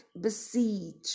besiege